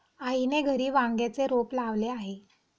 आईने घरी वांग्याचे रोप लावले आहे